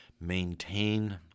maintain